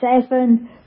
seven